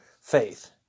faith